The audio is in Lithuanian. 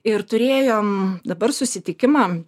ir turėjom dabar susitikimą